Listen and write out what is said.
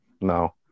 No